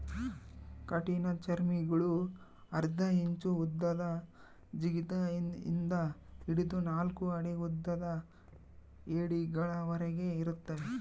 ಕಠಿಣಚರ್ಮಿಗುಳು ಅರ್ಧ ಇಂಚು ಉದ್ದದ ಜಿಗಿತ ಇಂದ ಹಿಡಿದು ನಾಲ್ಕು ಅಡಿ ಉದ್ದದ ಏಡಿಗಳವರೆಗೆ ಇರುತ್ತವೆ